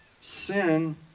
sin